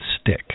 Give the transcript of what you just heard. stick